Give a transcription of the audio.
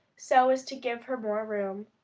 so as to give her more room.